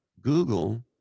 Google